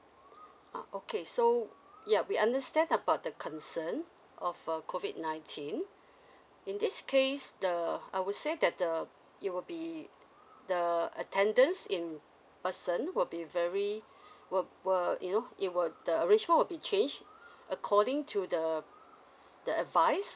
uh okay so yup we understand about the concern of a COVID nineteen in this case the I would say that the it would be the attendance in person will be very will will you know it will the arrangement would be changed according to the the advise